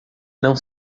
não